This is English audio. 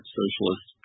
socialist